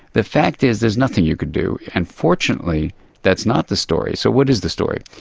the fact is there is nothing you can do, and fortunately that's not the story. so what is the story?